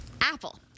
Apple